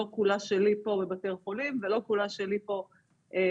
לא "כולה שלי" בבתי החולים ולא "כולה שלי" בקהילה.